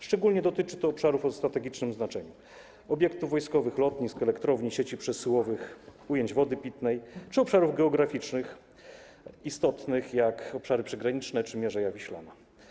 Szczególnie dotyczy to obszarów o strategicznym znaczeniu: obiektów wojskowych, lotnisk, elektrowni, sieci przesyłowych, ujęć wody pitnej czy obszarów geograficznych istotnych, jak obszary przygraniczne czy Mierzeja Wiślana.